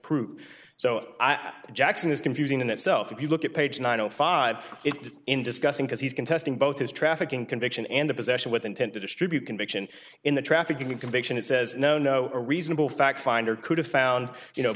prove so i'm jackson is confusing in itself if you look at page nine o five it in discussing because he's contesting both his trafficking conviction and the possession with intent to distribute conviction in the trafficking conviction it says no no a reasonable fact finder could have found you know